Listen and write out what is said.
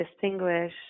distinguish